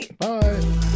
Bye